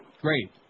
Great